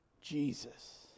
Jesus